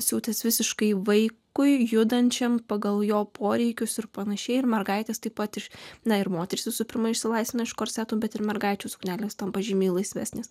siūtis visiškai vaikui judančiam pagal jo poreikius ir pan ir mergaitės taip pat ir na ir moterys visų pirma išsilaisvina iš korsetų bet ir mergaičių suknelės tampa žymiai laisvesnis